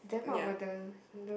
ya